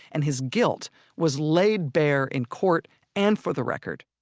and his guilt was laid bare in court and for the record,